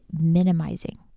minimizing